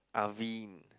Avene